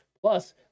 Plus